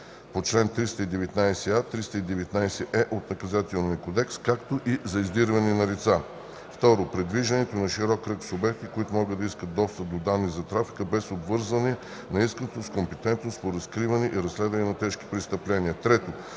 (по чл. 319а – 319е от Наказателния кодекс), както и за издирване на лица; 2. предвиждането на широк кръг субекти, които могат да искат достъп до данни за трафика, без обвързване на искането с компетентност по разкриване и разследване на тежки престъпления; 3.